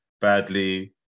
badly